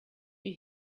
you